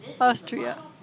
Austria